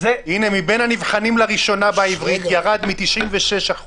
מבין הנבחנים לראשונה בעברית ירד מ-96%